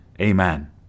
Amen